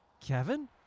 Kevin